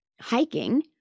hiking